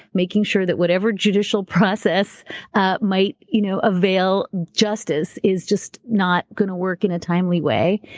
making sure that whatever judicial process ah might you know avail justice is just not going to work in a timely way.